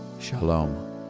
Shalom